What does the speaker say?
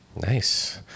Nice